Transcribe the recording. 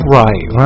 right